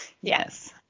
Yes